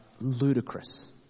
ludicrous